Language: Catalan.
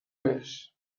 més